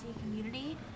community